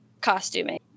costuming